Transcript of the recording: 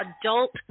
adult